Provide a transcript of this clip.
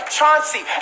Chauncey